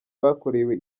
bakorewe